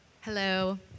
Hello